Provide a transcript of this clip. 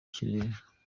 kirere